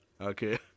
Okay